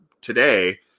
today